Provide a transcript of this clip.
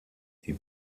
die